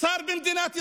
שר במדינת ישראל,